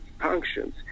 functions